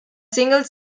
singles